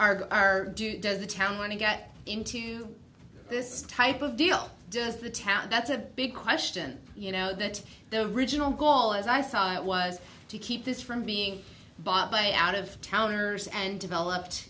are are do does the town want to get into this type of deal does the town that's a big question you know that the original goal as i saw it was to keep this from being bought by out of towners and developed